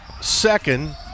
second